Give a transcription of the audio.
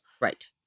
Right